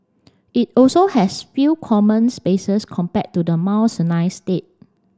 it also has few common spaces compared to the Mount Sinai state